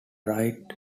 right